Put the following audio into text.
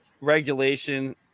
regulation